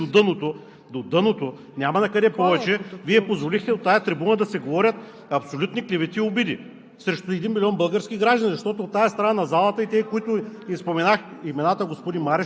Вместо да му направите забележка, че той трябва да си подаде оставката и повече да не петни тази институция, която и без това сте я потопили до дъното, до дъното, няма накъде повече, Вие позволихте от тази трибуна да се говорят абсолютни клевети и обиди